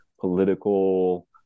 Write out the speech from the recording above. political